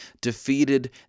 defeated